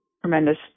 tremendous